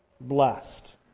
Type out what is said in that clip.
blessed